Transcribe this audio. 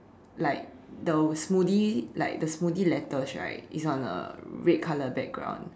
like the smoothie like the smoothie letters right is on a red color background